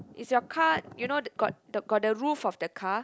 is your car you know the got the got the roof of the car